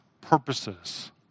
purposes